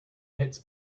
hits